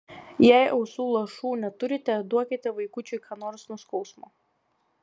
jei ausų lašų neturite duokite vaikučiui ką nors nuo skausmo